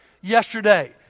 yesterday